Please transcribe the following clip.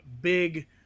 big